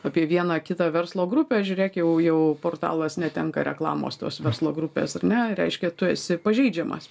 apie vieną kitą verslo grupę žiūrėk jau jau portalas netenka reklamos tos verslo grupės ar ne reiškia tu esi pažeidžiamas